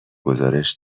گزارش